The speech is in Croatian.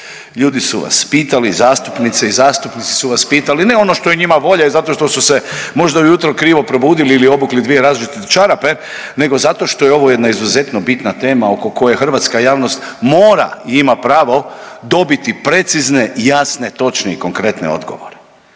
Ljudi su vas pitali, zastupnice i zastupnici su vas pitali, ne ono što je njima volja i zato što su se možda ujutro krivo probudili ili obukli dvije različite čarape nego zato što je ovo jedna izuzetno bitna tema oko koje hrvatska javnost mora i ima pravo dobiti precizne i jasne, točne i konkretne odgovore,